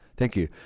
thank you.